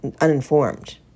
uninformed